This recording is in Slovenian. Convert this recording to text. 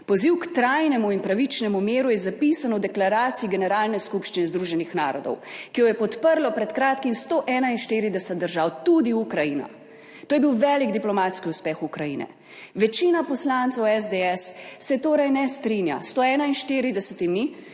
Poziv k trajnemu in pravičnemu miru je zapisan v Deklaraciji generalne skupščine Združenih narodov, ki jo je podprlo pred kratkim 141 držav, tudi Ukrajina. To je bil velik diplomatski uspeh Ukrajine. Večina poslancev SDS se torej ne strinja s 141